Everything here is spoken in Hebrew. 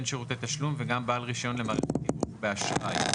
שירותי תשלום וגם בעל רישיון למערכת תיווך באשראי.